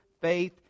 faith